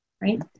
right